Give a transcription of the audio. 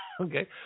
Okay